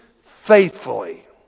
faithfully